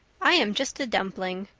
i am just a dumpling.